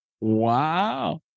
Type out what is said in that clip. Wow